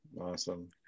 Awesome